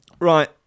Right